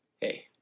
hey